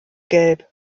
gelb